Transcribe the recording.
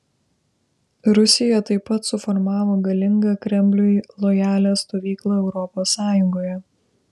rusija taip pat suformavo galingą kremliui lojalią stovyklą europos sąjungoje